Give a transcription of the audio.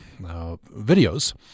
videos